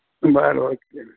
बरं बरं